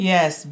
Yes